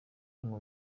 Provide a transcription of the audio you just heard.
hano